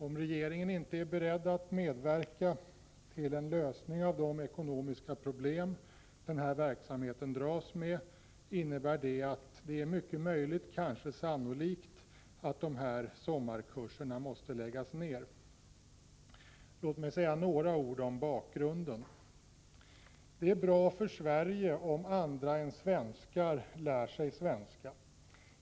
Om regeringen inte är beredd att medverka till en lösning av de ekonomiska problem som verksamheten dras med, innebär det att det är mycket möjligt, kanske sannolikt, att de här sommarkurserna måste läggas ned. Låt mig säga några ord om bakgrunden. Det är bra för Sverige om andra än svenskar lär sig svenska.